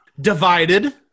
Divided